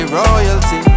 royalty